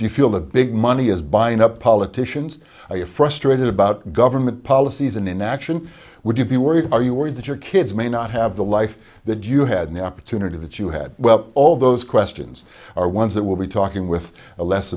you feel the big money is buying up politicians are you frustrated about government policies and inaction would you be worried are you worried that your kids may not have the life that you had the opportunity that you had well all those questions are ones that will be talking with a less